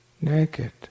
naked